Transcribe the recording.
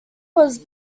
was